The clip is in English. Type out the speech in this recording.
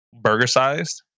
burger-sized